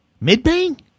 Mid-bang